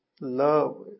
love